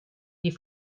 die